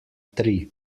tri